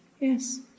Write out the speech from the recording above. Yes